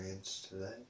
today